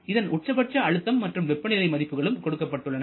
இதன் உச்சபட்ச அழுத்தம் மற்றும் வெப்பநிலை மதிப்புகளும் கொடுக்கப்பட்டுள்ளன